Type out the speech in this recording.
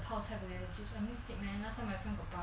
the 泡菜 potato chips I miss it man last time my friend got buy